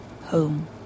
Home